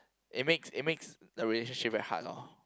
it makes it makes the relationship very hard loh